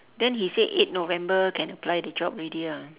then he say eight november can apply the job already ah